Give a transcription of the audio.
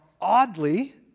oddly